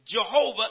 Jehovah